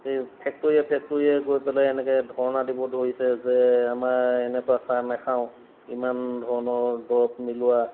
এই ফেক্টৰীয়ে ফেক্টৰীয়ে গৈ পেলাই এনেকৈ ধৰ্ণা দিব ধৰিছে যে আমাৰ এনেকুৱা চাহ নাখাওঁ ইমান ধৰণৰ দৰৱ মিলোৱা